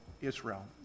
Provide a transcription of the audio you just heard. Israel